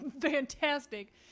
fantastic